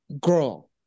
girl